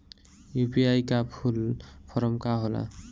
UPI का full form का होला?